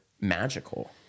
magical